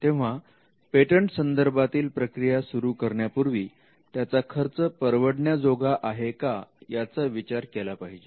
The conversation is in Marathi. तेव्हा पेटंट्स संदर्भातील प्रक्रिया सुरू करण्यापूर्वी त्याचा खर्च परवडण्याजोगा आहे का याचा विचार केला पाहिजे